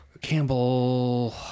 Campbell